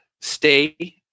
stay